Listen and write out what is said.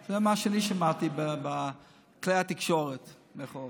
זה מה שאני שמעתי בכלי התקשורת, במירכאות.